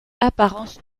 apparence